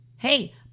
Hey